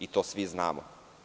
I to svi znamo.